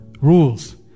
Rules